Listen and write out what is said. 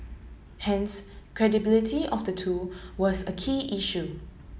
hence credibility of the two was a key issue